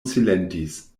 silentis